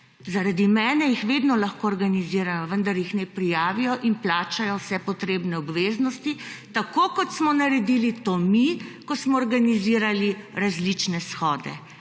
Zaradi mene jih vedno lahko organizirajo, vendar jih naj prijavijo in plačajo vse potrebne obveznosti, tako kot smo naredili to mi, ko smo organizirali različne shode.